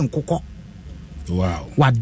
Wow